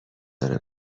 داره